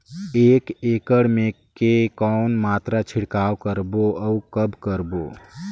एक एकड़ मे के कौन मात्रा छिड़काव करबो अउ कब करबो?